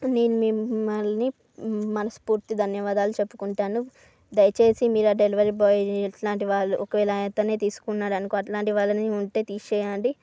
నేను మిమ్మల్ని మనస్పూర్తి ధన్యవాదాలు చెప్పుకుంటాను దయచేసి మీరు ఆ డెలివరీ బాయ్ ఇట్లాంటి వాళ్ళు ఒకవేళ అతనే తీసుకున్నాడు అనుకో అట్లాంటి వాళ్ళని ఉంటే తీసేయండి